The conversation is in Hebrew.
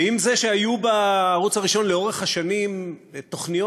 ועם זה שהיו בערוץ הראשון לאורך השנים תוכניות,